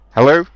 Hello